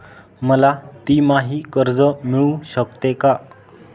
मला तिमाही कर्ज मिळू शकते का?